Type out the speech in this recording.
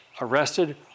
arrested